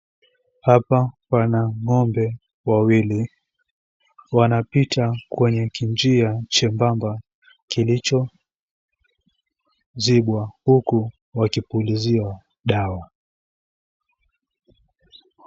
Hapa pana ng'ombe wawili. Wanapita kwenye kinjia chembamba kilichozibwa, huku wakipuliziwa dawa.